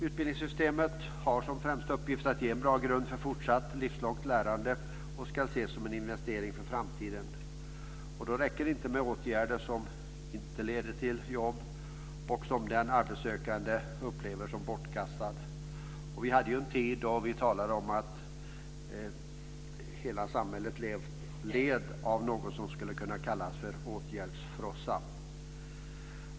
Utbildningssystemet har som främsta uppgift att ge en bra grund för fortsatt livslångt lärande och ska ses som en investering för framtiden. Då räcker det inte med åtgärder som inte leder till jobb och som den arbetssökande upplever som bortkastade. Vi hade en tid då vi talade om att hela samhället led av något som skulle kunna kallas för åtgärdsfrossa.